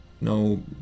No